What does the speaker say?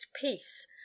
peace